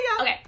Okay